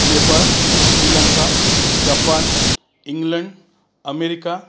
Nepal Sri Lanka Japan England America